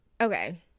Okay